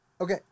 Okay